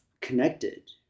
connected